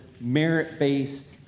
merit-based